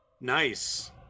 nice